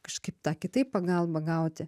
kažkaip tą kitaip pagalbą gauti